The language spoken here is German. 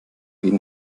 jeden